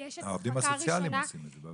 העובדים הסוציאליים עושים את זה.